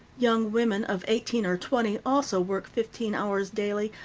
young women of eighteen or twenty also work fifteen hours daily,